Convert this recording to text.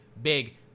Big